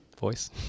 voice